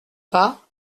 pas